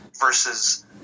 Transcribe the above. versus